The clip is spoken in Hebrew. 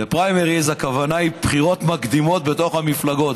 בפריימריז הכוונה היא בחירות מקדימות בתוך המפלגות.